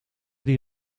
die